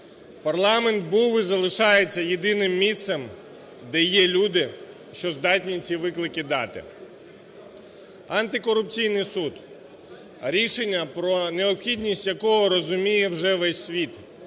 Парламент був і залишається єдиним місцем, де є люди, що здатні ці виклики дати. Антикорупційний суд. Рішення, про необхідність якого розуміє вже весь світ